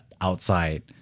outside